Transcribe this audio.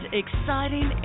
exciting